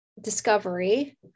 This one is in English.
discovery